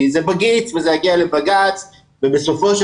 כי זה בגיץ וזה יגיע לבג"צ ובסופו של